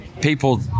People